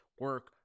Work